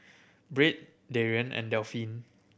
Britt Darrien and Delphin